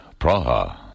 Praha